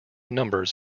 numbers